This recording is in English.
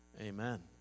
Amen